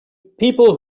people